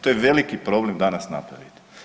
To je veliki problem danas napraviti.